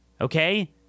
Okay